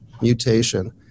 mutation